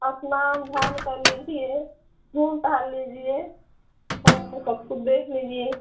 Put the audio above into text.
औ स्नान ध्यान कर लीजिए घूम टहल लीजिए वहाँ पर सब कुछ देख लीजिए